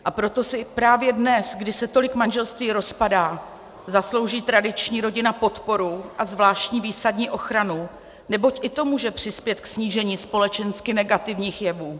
A proto si právě dnes, kdy se tolik manželství rozpadá, zaslouží tradiční rodina podporu a zvláštní výsadní ochranu, neboť i to může přispět ke snížení společensky negativních jevů.